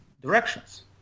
directions